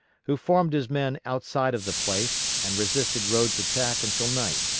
who formed his men outside of the place and resisted rodes' attack until night,